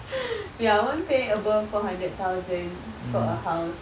ya I won't pay above four hundred thousand for a house